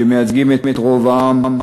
שמייצגים את רוב העם,